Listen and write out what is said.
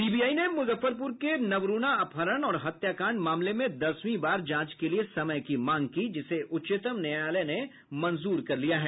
CBI ने मुजफ्फरपुर के हुई नवरूणा अपहरण और हत्याकांड मामले में दसवीं बार जांच के लिए समय की मांग की जिसे उच्चतम न्यायालय ने मंजूर कर लिया है